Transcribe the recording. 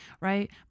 Right